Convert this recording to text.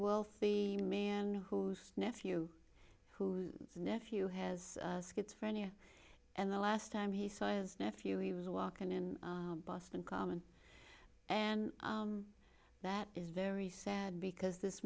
wealthy man whose nephew who's nephew has schizophrenia and the last time he saw his nephew he was walking in boston common and that is very sad because this